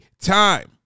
time